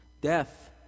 Death